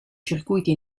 circuiti